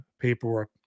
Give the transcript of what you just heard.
paperwork